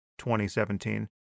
2017